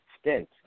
stint